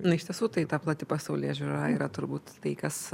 na iš tiesų tai ta plati pasaulėžiūra yra turbūt tai kas